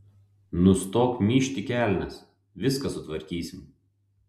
nustok myžt į kelnes viską sutvarkysim